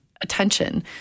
attention